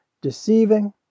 deceiving